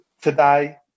today